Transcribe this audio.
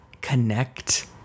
connect